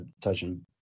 touching